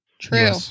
True